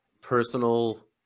personal